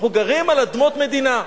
אנחנו גרים על אדמות מדינה.